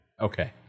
Okay